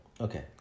Okay